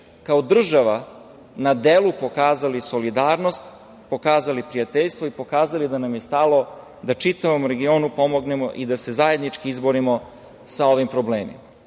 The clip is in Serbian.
kao država smo na delu pokazali solidarnost, pokazali prijateljstvo i pokazali da nam je stalo da čitavom regionu pomognemo i da se zajednički izborimo sa ovim problemima.